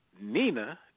Nina